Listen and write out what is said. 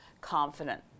confident